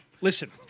Listen